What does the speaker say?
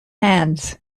hands